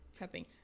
prepping